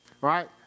Right